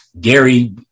Gary